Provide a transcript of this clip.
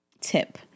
tip